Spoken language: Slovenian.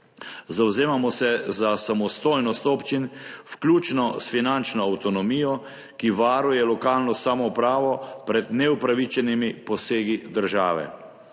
Zavzemamo se za samostojnost občin, vključno s finančno avtonomijo, ki varuje lokalno samoupravo pred neupravičenimi posegi države.